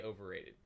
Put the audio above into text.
overrated